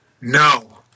No